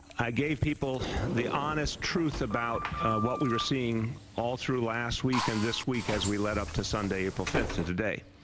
i gave people the honest truth about what we were seeing all through last weekend this week as we lead up to sunday, april five, today.